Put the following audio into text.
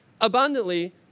abundantly